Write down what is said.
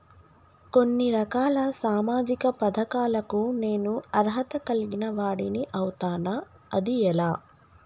కొన్ని రకాల సామాజిక పథకాలకు నేను అర్హత కలిగిన వాడిని అవుతానా? అది ఎలా?